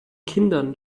kindern